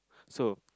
so